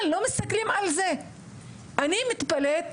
אני מתפלאת